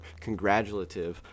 congratulative